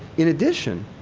in addition,